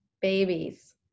babies